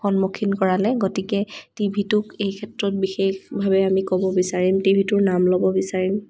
সন্মুখীন কৰালে গতিকে টিভিটোক এইক্ষেত্ৰত বিশেষভাৱে আমি ক'ব বিচাৰিম টিভিটোৰ নাম ল'ব বিচাৰিম